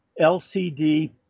LCD